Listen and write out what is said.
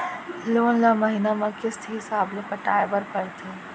loan ल महिना म किस्त हिसाब ले पटाए बर परथे